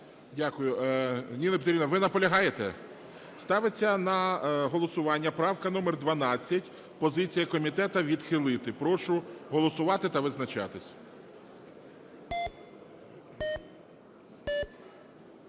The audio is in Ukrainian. Дякую. Ніно Петрівно, ви наполягаєте? Ставиться на голосування правка номер 12. Позиція комітету – відхилити. Прошу голосувати та визначатись.